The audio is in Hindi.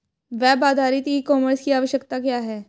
वेब आधारित ई कॉमर्स की आवश्यकता क्या है?